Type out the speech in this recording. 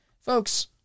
folks